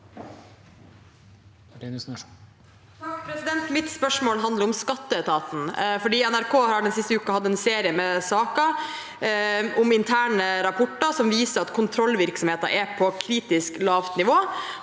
(R) Mitt spørsmål handler om skatteetaten. NRK har den siste uken hatt en serie med saker om interne rapporter som viser at kontrollvirksomheten er på kritisk lavt nivå.